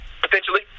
potentially